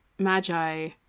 Magi